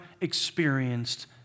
experienced